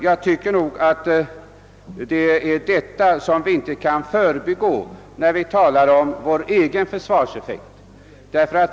Jag tycker inte att vi kan förbigå detta förhållande när vi talar om vår egen försvarseffekt.